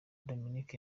dominic